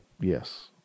Yes